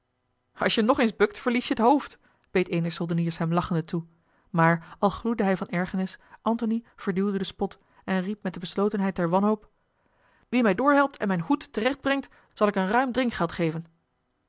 als je nog éens bukt verlies je het hoofd beet een der soldeniers hem lachende toe maar al gloeide hij van ergernis antony verduwde den spot en riep met de beslotenheid der wanhoop wie mij doorhelpt en mijn hoed terecht brengt zal ik een ruim drinkgeld geven